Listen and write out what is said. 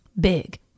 big